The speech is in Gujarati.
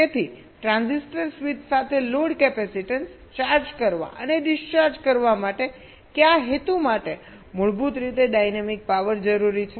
તેથી ટ્રાન્ઝિસ્ટર સ્વિચ સાથે લોડ કેપેસિટેન્સ ચાર્જ કરવા અને ડિસ્ચાર્જ કરવા માટે કયા હેતુ માટે મૂળભૂત રીતે ડાયનેમિક પાવર જરૂરી છે